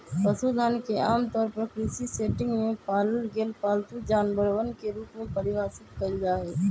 पशुधन के आमतौर पर कृषि सेटिंग में पालल गेल पालतू जानवरवन के रूप में परिभाषित कइल जाहई